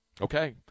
okay